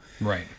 Right